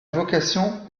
vocation